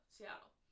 Seattle